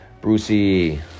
Brucey